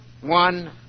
one